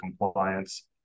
compliance